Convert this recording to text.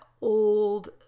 old